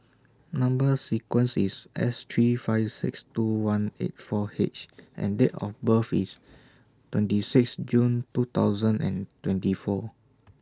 Number sequence IS S three five six two one eight four H and Date of birth IS twenty six June two thousand and twenty four